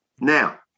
Now